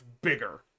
bigger